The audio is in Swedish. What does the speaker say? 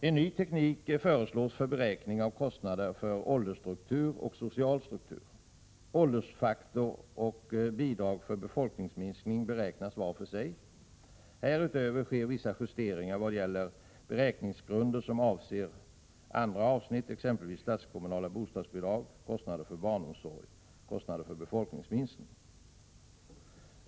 En ny teknik föreslås för beräkning av kostnader för åldersstruktur och social struktur. Åldersfaktor och bidrag för befolkningsminskning beräknas var för sig. Härutöver sker vissa justeringar när det gäller beräkningsgrunder som avser andra avsnitt, exempelvis statskommunala bostadsbidrag, kostnader för barnomsorg och kostnader för befolkningsminskning.